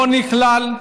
לא נכלל.